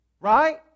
right